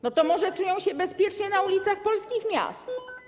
No to może czują się bezpiecznie na ulicach polskich miast?